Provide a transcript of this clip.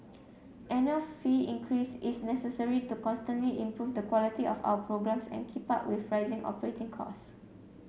annual fee increase is necessary to constantly improve the quality of our programmes and keep up with rising operating costs